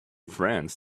friends